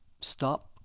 stop